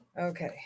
Okay